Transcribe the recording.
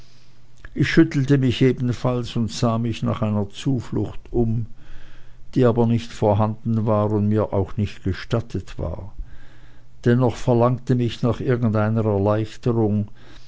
ich schüttelte mich ebenfalls und sah mich nach einer zuflucht um die aber nicht vorhanden und mir auch nicht gestattet war dennoch verlangte mich nach irgendeiner erleichterung